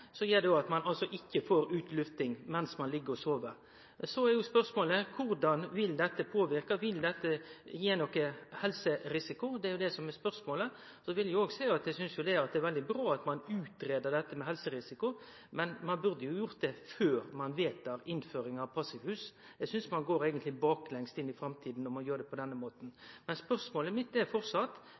som gjer at ein ikkje får lufting mens ein ligg og søv, er spørsmålet: Korleis vil dette påverke helsa, og vil dette gi ein helserisiko? Det er det som er spørsmålet. Eg vil òg seie at eg synest det er veldig bra at ein greier ut dette med helserisiko, men ein burde ha gjort det før ein vedtek innføring av passivhus. Eg synest ein eigentleg går baklengs inn i framtida når ein gjer det på denne måten. Spørsmålet mitt er